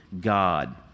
God